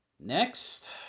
Next